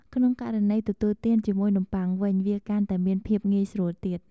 ក្នុងករណីទទួលទានជាមួយនំបុ័ងវិញ វាកាន់តែមានភាពងាយស្រួលទៀត។